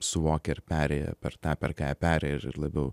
suvokę ir perėję per tą per ką jie perėję ir ir labiau